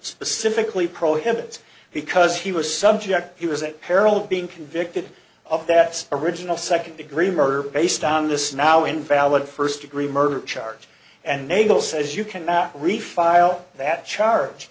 specifically prohibits because he was subject he was at peril of being convicted of that original second degree murder based on this now invalid first degree murder charge and nagel says you can now refile that charge